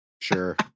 Sure